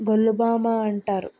గొల్లుభామ అంటారు